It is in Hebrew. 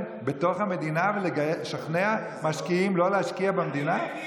בתוך המדינה ולשכנע משקיעים לא להשקיע במדינה?